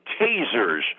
tasers